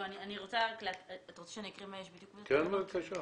אני אקריא מה קיים בתקנות.